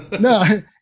No